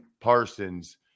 Parsons